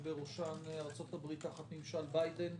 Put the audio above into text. ובראשן ארצות הברית תחת ממשל ביידן,